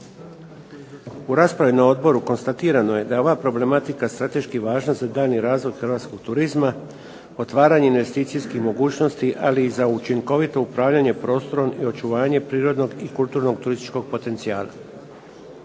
U raspravi na odboru konstatirano je da je ova problematika strateški važna za daljnji razvoj hrvatskog turizma, otvaranje investicijskih mogućnosti, ali i za učinkovito upravljanje prostorom i očuvanje prirodnog i kulturnog turističkog potencijala.